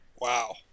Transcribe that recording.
Wow